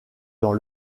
dans